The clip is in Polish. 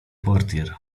portier